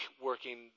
working